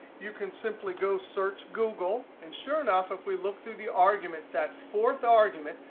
you can simply go search google. and sure enough, if we look through the arguments, that fourth argument,